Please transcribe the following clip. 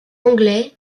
anglais